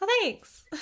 Thanks